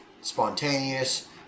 spontaneous